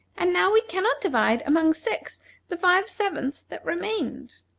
and now we can not divide among six the five-sevenths that remain.